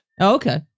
Okay